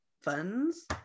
funds